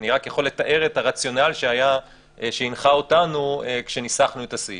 אני רק יכול לתאר את הרציונל שהנחה אותנו כשניסחנו את הסעיף.